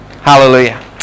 Hallelujah